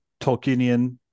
Tolkienian